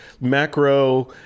macro